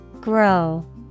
Grow